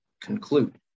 conclude